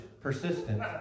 persistent